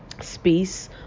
space